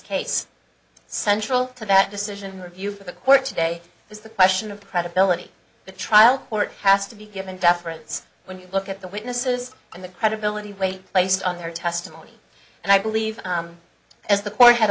case central to that decision or view of the court today is the question of proud of the trial court has to be given deference when you look at the witnesses and the credibility weight placed on their testimony and i believe as the court had